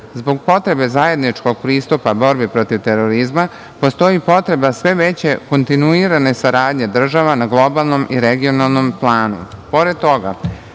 Zbog potrebe zajedničkog pristupa borbi protiv terorizma postoji i potreba sve veće kontinuirane saradnje država na globalnom i regionalnom planu. Pored